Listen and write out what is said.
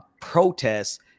protests